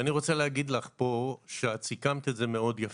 ואני רוצה להגיד לך פה, שאת סיכמת את זה מאוד יפה,